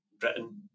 Britain